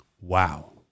wow